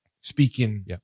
speaking